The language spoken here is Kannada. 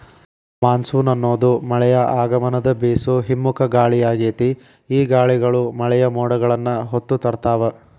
ಮಾನ್ಸೂನ್ ಅನ್ನೋದು ಮಳೆಯ ಆಗಮನದ ಬೇಸೋ ಹಿಮ್ಮುಖ ಗಾಳಿಯಾಗೇತಿ, ಈ ಗಾಳಿಗಳು ಮಳೆಯ ಮೋಡಗಳನ್ನ ಹೊತ್ತು ತರ್ತಾವ